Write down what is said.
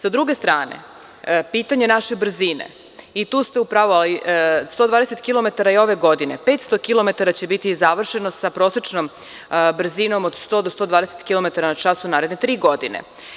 S druge strane, pitanje naše brzine, i tu ste u pravu, ali 120 kilometara je ove godine, 500 kilometara će biti završeno sa prosečnom brzinom od 100 do 120 kilometara na čas u naredne tri godine.